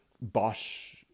Bosch